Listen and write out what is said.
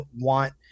want